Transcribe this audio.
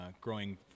growing